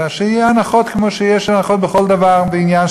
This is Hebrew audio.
אלא שיהיו הנחות כמו שיש הנחות בכל דבר ועניין,